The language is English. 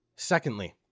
Secondly